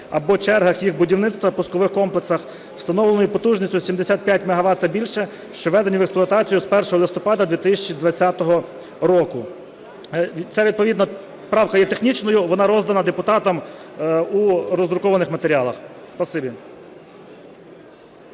або чергах їх будівництва (пускових комплексах) встановленою потужністю 75 МВт та більше, що введені в експлуатацію з 1 листопада 2020 року". Ця відповідно правка є технічною, вона роздана депутатам у роздрукованих матеріалах.